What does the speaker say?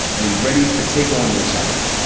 and he's ready to take on this challenge.